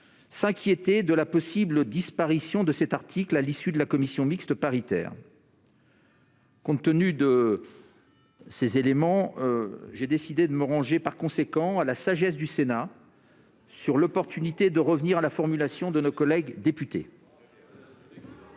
sujet de la possible disparition de cet article à l'issue de la commission mixte paritaire. Compte tenu de ces éléments, j'ai décidé de m'en remettre à la sagesse du Sénat sur l'opportunité d'en revenir à la rédaction de nos collègues députés.